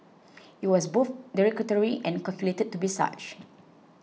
it was both derogatory and calculated to be such